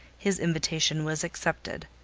his invitation was accepted.